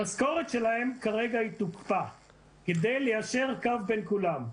המשכורת שלהם כרגע תוקפא כדי ליישר קו בין כולם.